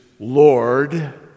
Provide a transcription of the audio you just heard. Lord